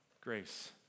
grace